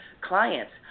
clients